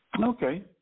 okay